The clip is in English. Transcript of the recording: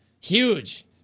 Huge